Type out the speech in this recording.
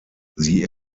sie